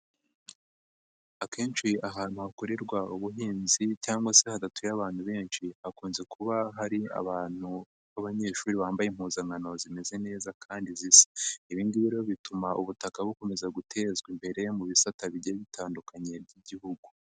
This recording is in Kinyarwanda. Akenshi ahantu hakorerwa ubuhinzi cyangwa se hadatuye abantu benshi hakunze kuba hari abantu b'abanyeshuri bambaye impuzankano zimeze neza kandi zisa, ibi ngibi rero bituma ubutaka bukomeza gutezwa imbere mu bisata bigenda bitandukanye by'Igihugu.